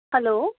hello